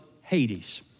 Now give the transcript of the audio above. Hades